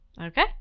Okay